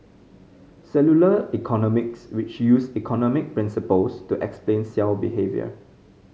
cellular economics which use economic principles to explain cell behaviour